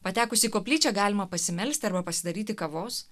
patekus į koplyčią galima pasimelsti arba pasidaryti kavos